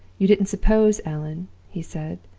you didn't suppose, allan he said,